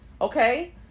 Okay